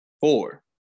Four